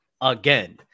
Again